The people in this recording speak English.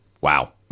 wow